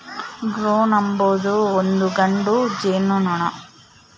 drone ಅಂಬೊದು ಒಂದು ಗಂಡು ಜೇನುನೊಣ